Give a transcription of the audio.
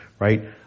Right